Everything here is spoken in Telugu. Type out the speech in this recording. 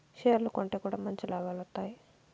షేర్లు కొంటె కూడా మంచి లాభాలు వత్తాయి